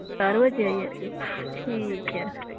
चार बज़े आई जाह्गे ठीक ऐ ठीक ऐ